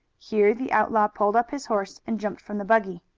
here the outlaw pulled up his horse and jumped from the buggy.